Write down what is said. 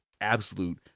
absolute